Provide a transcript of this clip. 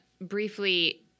briefly